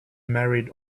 married